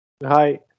Hi